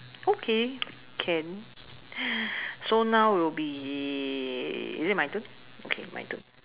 okay can so now will be is it my turn okay my turn